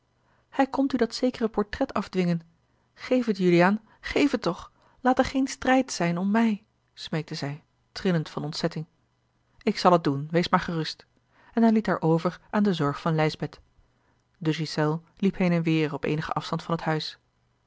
hij komt u dat zekere portret afdwingen geef het juliaan geef het toch laat er geen strijd zijn om mij smeekte zij trillend van ontzetting ik zal het doen wees maar gerust en hij liet haar over aan de zorg van lijsbeth de ghiselles liep heen en weêr op eenigen afstand van het huis